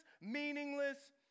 meaningless